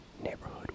neighborhood